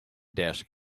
desk